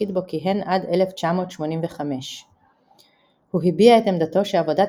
תפקיד בו כיהן עד 1985. הוא הביע את עמדתו שעבודת